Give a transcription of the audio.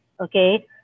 okay